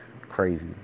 crazy